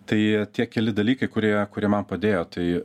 tai tie keli dalykai kurie kurie man padėjo tai